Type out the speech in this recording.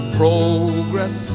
progress